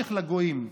חושך לגויים,